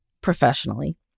professionally